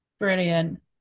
brilliant